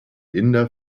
inder